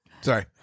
Sorry